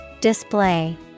Display